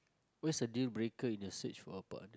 what's dealbreaker in a search for a partner